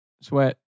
sweat